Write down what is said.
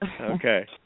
Okay